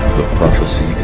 prophecy